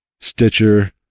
Stitcher